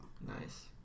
nice